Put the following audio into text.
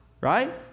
right